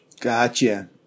Gotcha